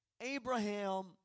Abraham